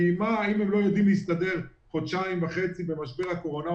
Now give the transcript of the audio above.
כי אם הם לא יודעים להסתדר חודשיים וחצי במשבר הקורונה,